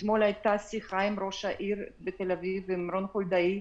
אתמול הייתה שיחה עם ראש העיר רון חולדאי,